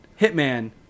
Hitman